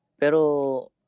pero